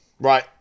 Right